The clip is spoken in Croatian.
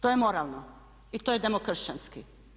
To je moralno i to je demokršćanski.